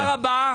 תודה רבה.